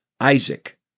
Isaac